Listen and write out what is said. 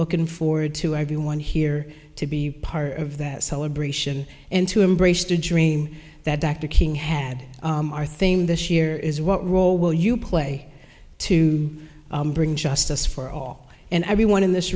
looking forward to everyone here to be part of that celebration and to embrace the dream that dr king had our theme this year is what role will you play to bring justice for all and everyone in this